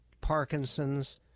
Parkinson's